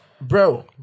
bro